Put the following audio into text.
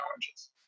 challenges